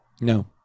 No